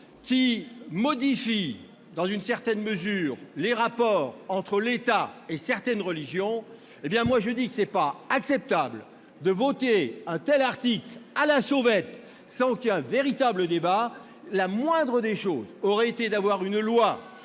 qui modifie dans une certaine mesure les rapports entre l'État et certaines religions. À mon sens, il n'est pas acceptable de voter un tel article à la sauvette, sans qu'il y ait un véritable débat. Stop ! La moindre des choses aurait été de consacrer